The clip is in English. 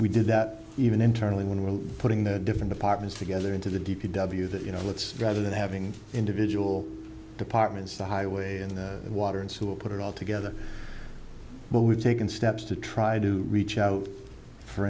we did that even internally when we're putting the different apartments together into the d p w that you know it's rather than having individual departments the highway in the water and sewer put it all together but we've taken steps to try to reach out for